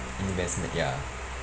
investme~ ya